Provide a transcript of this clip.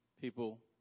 people